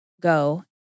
go